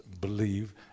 believe